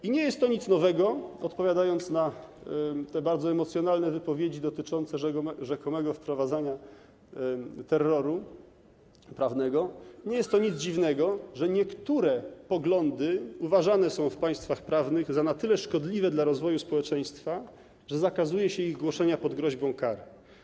I nie jest to nic nowego - odpowiadam na te bardzo emocjonalne wypowiedzi dotyczące rzekomego wprowadzania terroru prawnego - nie jest to nic dziwnego, że niektóre poglądy uważane są w państwach prawnych za na tyle szkodliwe dla rozwoju społeczeństwa, że zakazuje się ich głoszenia pod groźbą kary.